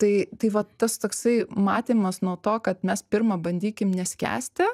tai tai vat tas toksai matymas nuo to kad mes pirma bandykim neskęsti